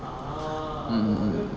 mm